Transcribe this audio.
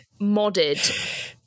modded